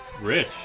rich